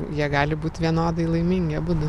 jie gali būt vienodai laimingi abudu